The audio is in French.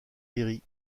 géry